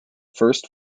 first